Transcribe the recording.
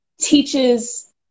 teaches